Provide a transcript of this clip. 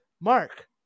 Mark